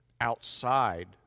outside